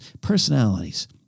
personalities